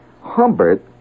Humbert